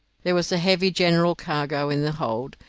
there was a heavy general cargo in the hold,